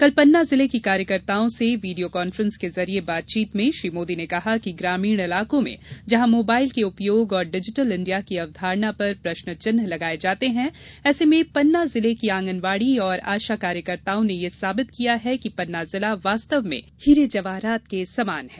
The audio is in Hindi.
कल पन्ना जिले की कार्यकर्ताओं से वीडियो कांफ्रेस के जरिये बातचीत में श्री मोदी ने कहा कि ग्रामीण इलाकों में जहां मोबाइल के उपयोग और डिजिटल इण्डिया की अवधारणा पर प्रश्नचिन्ह लगाये जाते हैं ऐसे में पन्ना जिले की आंगनबाड़ी और आशा कार्यकर्ताओं ने यह साबित किया है कि पन्ना जिला वास्तव में हीरे जवाहरात के समान है